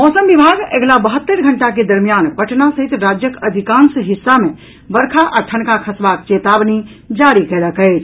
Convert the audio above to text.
मौसम विभाग अगिला बहत्तरि घंटा के दरमियान पटना सहित राज्यक अधिकांश हिस्सा मे वर्षा आ ठनका खसबाक चेतावनी जारी कयलक अछि